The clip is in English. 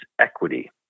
equity